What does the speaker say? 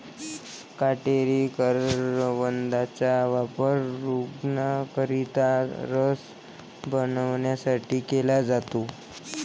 काटेरी करवंदाचा वापर रूग्णांकरिता रस बनवण्यासाठी केला जातो